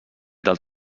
del